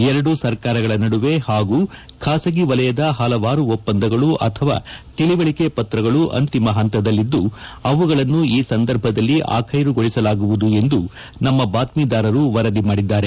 ಎರಡೂ ಸರ್ಕಾರಗಳ ನಡುವೆ ಹಾಗೂ ಖಾಸಗಿ ವಲಯದ ಹಲವಾರು ಒಪ್ಪಂದಗಳು ಅಥವಾ ತಿಳಿವಳಿಕೆ ಪತ್ರಗಳು ಅಂತಿಮ ಹಂತದಲ್ಲಿದ್ದು ಅವುಗಳನ್ನು ಈ ಸಂದರ್ಭದಲ್ಲಿ ಅಬ್ಲೆರುಗೊಳಿಸಲಾಗುವುದು ಎಂದು ನಮ್ನ ಬಾತ್ನೀದಾರರು ವರದಿ ಮಾಡಿದ್ದಾರೆ